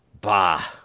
Bah